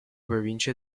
province